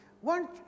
one